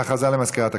הודעה למזכירת הכנסת.